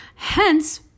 Hence